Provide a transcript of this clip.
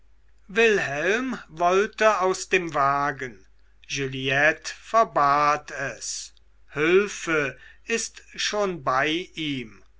wilhelm wollte aus dem wagen juliette verbat es hülfe ist schon bei ihm